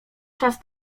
czas